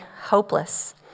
hopeless